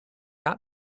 not